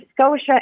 Scotia